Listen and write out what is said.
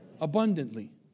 abundantly